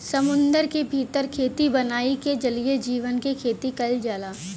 समुंदर के भीतर खेती बनाई के जलीय जीव के खेती कईल जाला